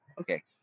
okay